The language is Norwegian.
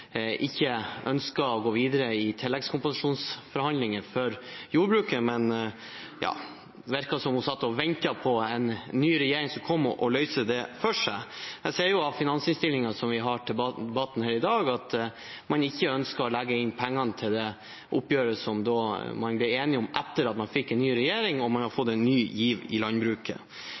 ikke ønsket å gå videre i tilleggskompensasjonsforhandlingene for jordbruket. Det virket som om hun satt og ventet på at en ny regjering skulle komme og løse det for henne. Jeg ser av finansinnstillingen som vi har til behandling her i dag, at man ikke ønsker å legge inn penger til det oppgjøret som man ble enige om etter at man fikk en ny regjering, og man hadde fått en ny giv i landbruket.